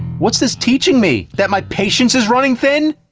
what's this teaching me, that my patience is running thin?